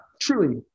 truly